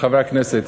חברי הכנסת,